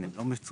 הן לא מצומצמות,